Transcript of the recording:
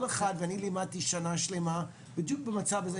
אני לימדתי שנה שלמה דיוק במצב הזה,